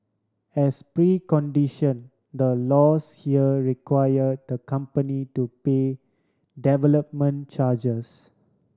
as precondition the laws here require the company to pay development charges